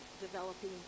developing